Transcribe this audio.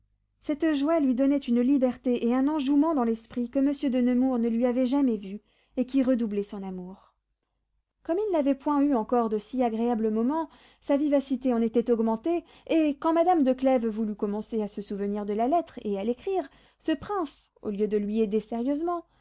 cette joie lui donnait une liberté et un enjouement dans l'esprit que monsieur de nemours ne lui avait jamais vus et qui redoublaient son amour comme il n'avait point eu encore de si agréables moments sa vivacité en était augmentée et quand madame de clèves voulut commencer à se souvenir de la lettre et à l'écrire ce prince au lieu de lui aider sérieusement